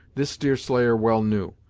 this deerslayer well knew,